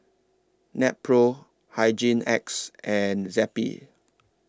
Nepro Hygin X and Zappy